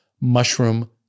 mushroom